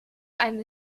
eine